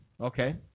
Okay